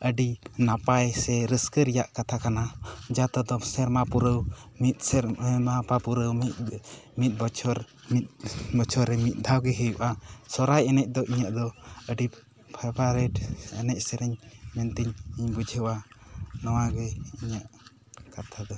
ᱟᱹᱰᱤ ᱱᱟᱯᱟᱭ ᱥᱮ ᱨᱟᱹᱥᱠᱟᱹ ᱨᱮᱭᱟᱜ ᱠᱟᱛᱷᱟ ᱠᱟᱱᱟ ᱡᱟᱦᱟᱸ ᱛᱮᱫᱚ ᱥᱮᱨᱢᱟ ᱯᱩᱨᱟᱹᱣ ᱢᱤᱫ ᱥᱮᱨᱢᱟ ᱯᱩᱨᱟᱹᱣ ᱢᱤᱫ ᱵᱚᱪᱷᱚᱨ ᱢᱤᱫ ᱵᱚᱪᱷᱚᱨ ᱢᱤᱫ ᱵᱚᱪᱷᱚᱨᱮ ᱢᱤᱫ ᱫᱷᱟᱣ ᱜᱮ ᱦᱩᱭᱩᱜᱼᱟ ᱥᱚᱦᱚᱨᱟᱭ ᱮᱱᱮᱡ ᱫᱚ ᱤᱧᱟᱜ ᱫᱚ ᱟᱹᱰᱤ ᱯᱷᱮᱵᱟᱨᱮᱴ ᱮᱱᱮᱡ ᱥᱮᱨᱮᱧ ᱢᱮᱱᱛᱤᱧ ᱵᱩᱡᱷᱟᱹᱣᱟ ᱱᱚᱶᱟ ᱜᱮ ᱤᱧᱟᱹᱜ ᱠᱟᱛᱷᱟ ᱫᱚ